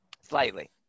Slightly